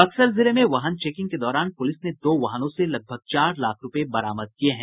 बक्सर जिले में वाहन चेकिंग के दौरान पुलिस ने दो वाहनों से लगभग चार लाख रूपये बरामद किये हैं